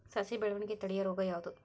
ಸಸಿ ಬೆಳವಣಿಗೆ ತಡೆಯೋ ರೋಗ ಯಾವುದು?